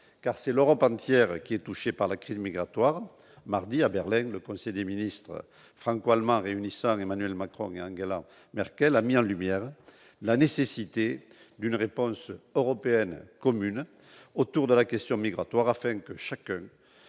car c'est l'Europe entière qui est touchée par la crise migratoire. Mardi dernier, à Berlin, le conseil des ministres franco-allemand, réunissant Emmanuel Macron et Angela Merkel, a mis en lumière la nécessité d'une réponse européenne commune à la question migratoire, afin que chacun